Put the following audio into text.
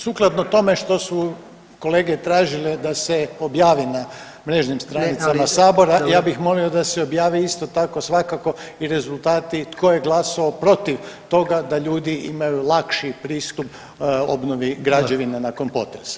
Sukladno tome što su kolege tražile da se objavi na mrežnim stranicama sabora, ja bih molio da se objavi isto tako svakako i rezultati tko je glasova protiv toga da ljudi imaju lakši pristup obnovi građevina nakon potresa.